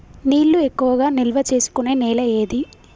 నీళ్లు ఎక్కువగా నిల్వ చేసుకునే నేల ఏది?